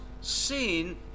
sin